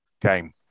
game